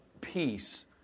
peace